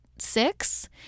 six